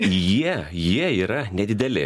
jie jie yra nedideli